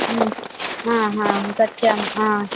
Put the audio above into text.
ह्म् हा हा सत्यं हा